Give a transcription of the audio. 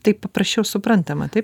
tai paprasčiau suprantama taip